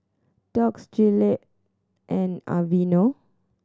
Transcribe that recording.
Doux Gillette and Aveeno